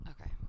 okay